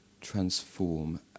transform